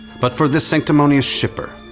but for this sanctimonious shipper,